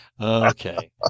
okay